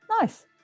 Nice